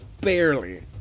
Barely